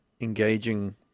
engaging